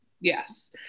Yes